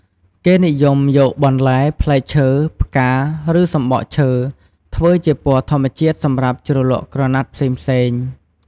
គេនិយមយក បន្លែ ផ្លែឈើ ផ្កា ឬសំបកឈើ ធ្វើជាពណ៌ធម្មជាតិសម្រាប់ជ្រលក់ក្រណាត់ផ្សេងៗ។